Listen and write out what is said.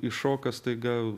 iššoka staiga